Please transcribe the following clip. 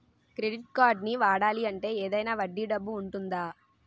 Credit కార్డ్ని వాడాలి అంటే ఏదైనా వడ్డీ డబ్బు ఉంటుందా?